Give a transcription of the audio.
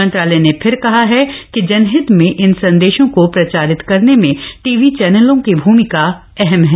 मंत्रालय ने फिर कहा है कि जनहित में इन संदेशों को प्रचारित करने में टीवी चैनलों की भूमिका महत्वपूर्ण हैं